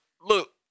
look